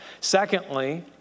Secondly